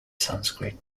sanskrit